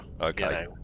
okay